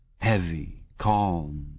heavy, calm,